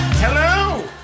Hello